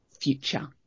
future